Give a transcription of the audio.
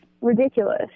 ridiculous